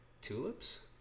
tulips